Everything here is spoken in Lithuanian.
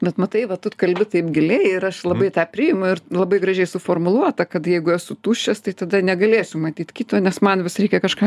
bet matai va tu kalbi taip giliai ir aš labai tą priimu ir labai gražiai suformuluota kad jeigu esu tuščias tai tada negalėsiu matyt kito nes man vis reikia kažką